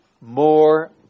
more